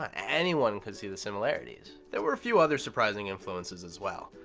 um anyone could see the similarities. there were a few other surprising influences, as well.